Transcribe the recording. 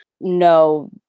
No